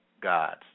gods